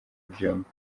byumba